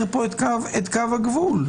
הרחוב שאתה גר בו ספציפית נחסם לתנועה היום,